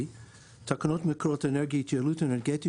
תקנות מקורות אנרגיה (התייעלות אנרגטית